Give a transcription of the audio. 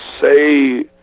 say